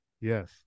Yes